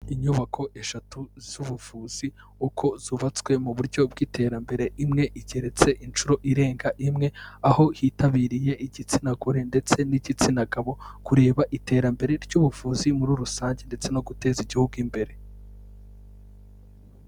Inyubako eshatu z'ubuvuzi uko zubatswe mu buryo bw'iterambere imwe igeretse inshuro irenga imwe, aho hitabiriye igitsina gore ndetse n'igitsina gabo kureba iterambere ry'ubuvuzi muri rusange ndetse no guteza igihugu imbere.